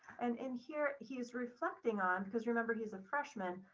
and in here he is reflecting on because remember, he's a freshman,